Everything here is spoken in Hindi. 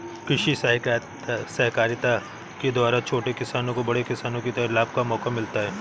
कृषि सहकारिता के द्वारा छोटे किसानों को बड़े किसानों की तरह लाभ का मौका मिलता है